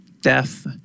death